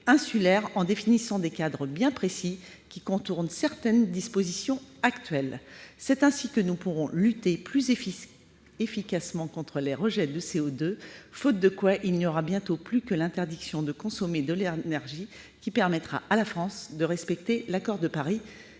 insulaires en définissant des cadres bien précis qui contournent certaines dispositions actuelles ! C'est ainsi que nous pourrons lutter plus efficacement contre les rejets de CO2, faute de quoi il n'y aura bientôt plus que l'interdiction de consommer de l'énergie qui permettra à la France de respecter l'accord de Paris